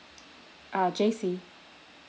uh jacey